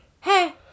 Hey